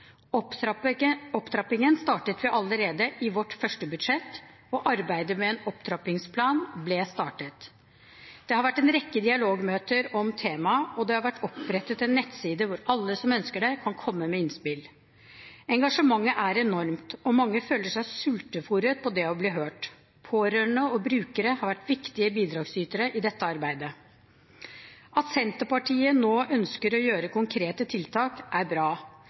Opptrappingen startet vi allerede i vårt første budsjett, og arbeidet med en opptrappingsplan ble startet. Det har vært en rekke dialogmøter om temaet, og det har vært opprettet en nettside hvor alle som ønsker det, kan komme med innspill. Engasjementet er enormt, og mange føler seg sultefôret på det å bli hørt. Pårørende og brukere har vært viktige bidragsytere i dette arbeidet. At Senterpartiet nå ønsker å gjennomføre konkrete tiltak, er bra.